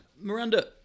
Miranda